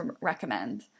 recommend